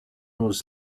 was